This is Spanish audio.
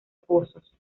pozos